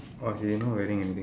orh she not wearing anything